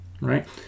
right